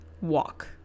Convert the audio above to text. walk